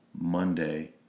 Monday